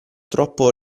troppo